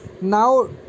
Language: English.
now